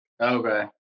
Okay